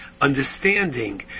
understanding